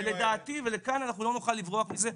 ולדעתי ולכאן אנחנו לא נוכל לברוח מזה,